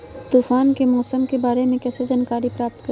तूफान के मौसम के बारे में कैसे जानकारी प्राप्त करें?